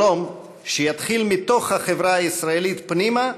שלום שיתחיל מתוך החברה הישראלית פנימה,